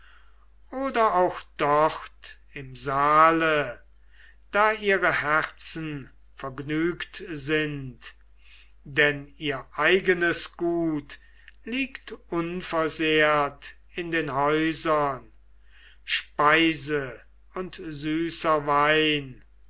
oder auch dort im saale da ihre herzen vergnügt sind denn ihr eigenes gut liegt unversehrt in den häusern speise und süßer wein